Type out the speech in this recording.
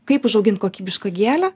kaip užaugint kokybišką gėlę